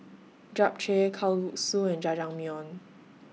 Japchae Kalguksu and Jajangmyeon